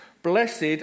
Blessed